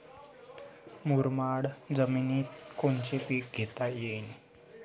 मुरमाड जमिनीत कोनचे पीकं घेता येईन?